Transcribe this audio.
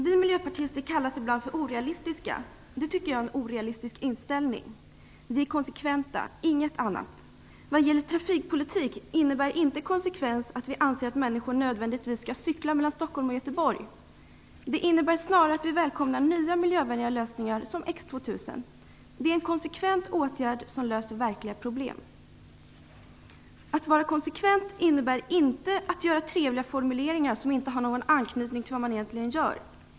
Vi miljöpartister kallas ibland för orealistiska. Jag tycker att det är en orealistisk inställning. Vi är konsekventa - inget annat. När det gäller trafikpolitiken innebär inte konsekvens att vi anser att människor nödvändigtvis skall cykla mellan Stockholm och Göteborg. Det innebär snarare att vi välkomnar nya miljövänliga lösningar, som t.ex. X2000. Det är en konsekvent åtgärd som löser verkliga problem. Att vara konsekvent innebär inte att skapa trevliga formuleringar som inte har någon anknytning till vad man egentligen gör.